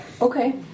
Okay